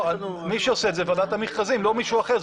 מי שעושה את זה, זאת ועדת המכרזים ולא מישהו אחר.